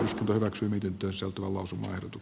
hyväksymmekö työssä tuovansa d